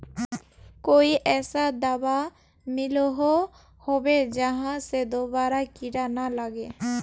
कोई ऐसा दाबा मिलोहो होबे जहा से दोबारा कीड़ा ना लागे?